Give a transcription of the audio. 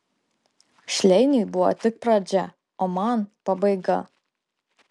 šleiniui buvo tik pradžia o man pabaiga